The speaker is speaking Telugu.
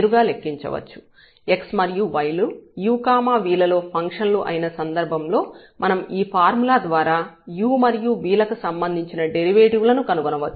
x మరియు y లు u v లలో ఫంక్షన్లు అయిన సందర్భంలో మనం ఈ ఫార్ములా ద్వారా u మరియు v ల కి సంబంధించిన డెరివేటివ్ లను కనుగొనవచ్చు